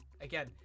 again